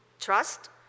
trust